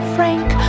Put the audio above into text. Frank